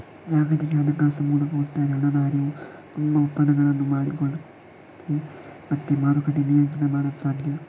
ಜಾಗತಿಕ ಹಣಕಾಸು ಮೂಲಕ ಒಟ್ಟಾರೆ ಹಣದ ಹರಿವು, ತುಂಬಾ ಒಪ್ಪಂದಗಳನ್ನು ಮಾಡಿಕೊಳ್ಳಿಕ್ಕೆ ಮತ್ತೆ ಮಾರುಕಟ್ಟೆ ನಿಯಂತ್ರಣ ಮಾಡಲು ಸಾಧ್ಯ